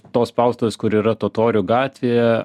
tos spaustuvės kur yra totorių gatvėje